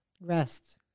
Rest